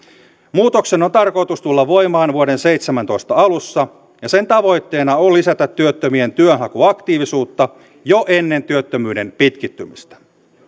muutoksen on tarkoitus tulla voimaan vuoden seitsemäntoista alussa ja sen tavoitteena on lisätä työttömien työnhakuaktiivisuutta jo ennen työttömyyden pitkittymistä